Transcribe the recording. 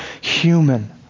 human